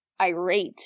irate